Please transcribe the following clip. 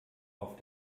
auf